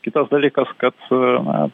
kitas dalykas kad na